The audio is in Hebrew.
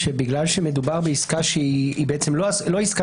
בגלל שמדובר בעסקה שהיא בעצם לא עסקה